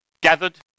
Gathered